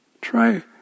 Try